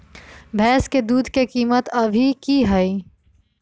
भैंस के दूध के कीमत अभी की हई?